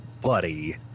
buddy